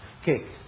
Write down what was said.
Okay